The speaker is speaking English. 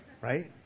right